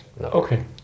Okay